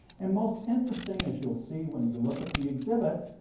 and most interesting as you will see when you look at the exhibit,